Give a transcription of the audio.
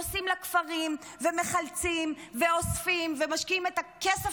נוסעים לכפרים ומחלצים ואוספים ומשקיעים את הכסף